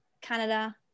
Canada